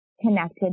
connected